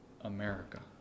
America